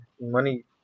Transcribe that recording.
money